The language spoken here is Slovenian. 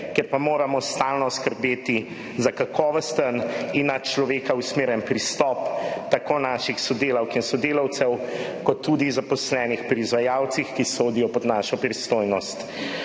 kjer moramo stalno skrbeti za kakovosten in na človeka usmerjen pristop tako naših sodelavk in sodelavcev kot tudi zaposlenih pri izvajalcih, ki sodijo pod našo pristojnost.